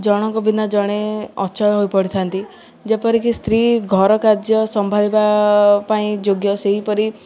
ଜଣଙ୍କ ବିନା ଜଣେ ଅଚୟ ହୋଇ ପଡ଼ିଥାନ୍ତି ଯେପରିକି ସ୍ତ୍ରୀ ଘର କାର୍ଯ୍ୟ ସମ୍ଭାଳିବା ପାଇଁ ଯୋଗ୍ୟ ସେହିପରି